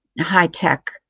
high-tech